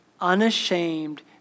unashamed